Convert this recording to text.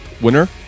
winner